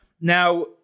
Now